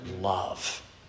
love